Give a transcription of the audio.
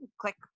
click